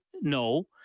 No